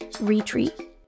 retreat